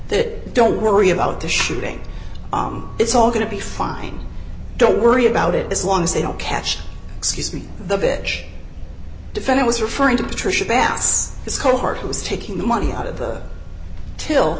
that don't worry about the shooting it's all going to be fine don't worry about it as long as they don't catch excuse me the bitch defender was referring to patricia bass his cohort who was taking money out of the til